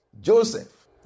Joseph